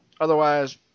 Otherwise